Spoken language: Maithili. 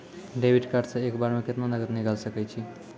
डेबिट कार्ड से एक बार मे केतना नगद निकाल सके छी?